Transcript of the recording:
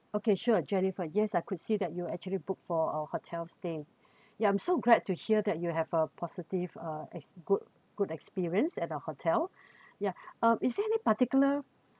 okay sure jennifer yes I could see that you actually book for our hotels stay ya I'm so glad to hear that you have a positive uh as good good experience at our hotel yeah um is there any particular